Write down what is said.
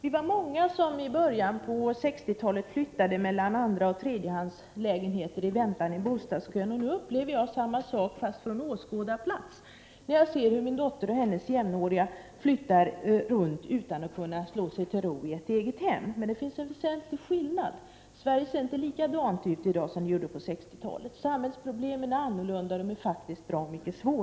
I början av 1960-talet var det många som flyttade mellan andraoch tredjehandslägenheter under väntan i bostadskön. Nu upplever jag samma sak, men från åskådarplats, när jag ser hur min dotter och hennes jämnåriga flyttar runt utan att kunna slå sig till ro i ett eget hem. Men det finns en väsentlig skillnad. Sverige ser inte likadant ut i dagsom på Prot. 1988/89:36 1960-talet. Samhällsproblemen är faktiskt bra mycket svårare.